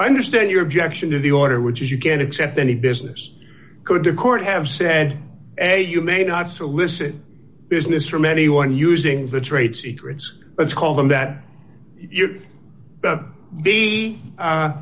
i understand your objection to the order which is you can't accept any business could the court have said a you may not solicit business from anyone using the trade secrets let's call them that you'd be to the